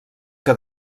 que